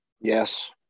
Yes